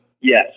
Yes